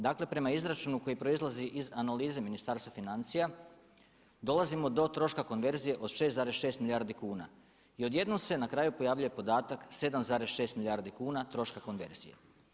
Dakle, prema izračunu koji proizlazi iz analize Ministarstva financija dolazimo do troška konverzije od 6,6 milijardi kuna i odjednom se na kraju pojavljuje podatak 7,6 milijardi kuna troška konverzije.